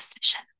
decision